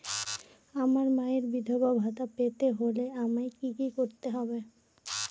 আমার মায়ের বিধবা ভাতা পেতে হলে আমায় কি কি করতে হবে?